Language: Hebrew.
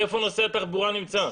איפה נושא התחבורה נמצא?